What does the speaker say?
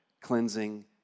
cleansing